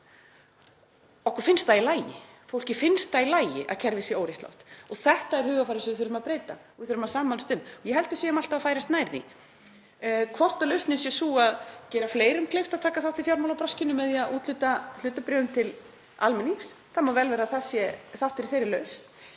okkur það í lagi. Fólki finnst í lagi að kerfið sé óréttlátt. Þetta er hugarfarið sem við þurfum að breyta og við þurfum að sammælast um það. Ég held að við séum alltaf að færast nær því. Hvort lausnin sé sú að gera fleirum kleift að taka þátt í fjármálabraskinu með því að úthluta hlutabréfum til almennings, það má vel vera að það sé þáttur í lausninni.